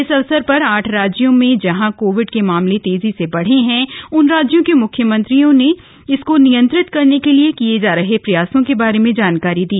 इस अवसर पर आठ राज्यों मैं जहां कोविड के मामले तेजी से बढ़े हैं उन राज्यों के मुख्यमंत्रियों ने इसको नियंत्रित करने के लिए किये जा रहे प्रयासों के बारे में जानकारी दी